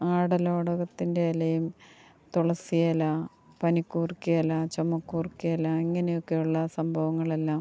ആടലോടകത്തിൻ്റെ ഇലയും തുളസിയില പനിക്കൂർക്കയില ചുമക്കൂർക്കയില ഇങ്ങനെയൊക്കെയുള്ള സംഭവങ്ങളെല്ലാം